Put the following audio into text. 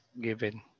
given